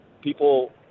people